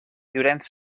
llorenç